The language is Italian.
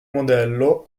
modello